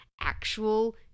actual